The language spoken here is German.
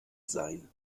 sein